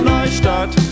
Neustadt